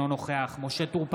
אינו נוכח משה טור פז,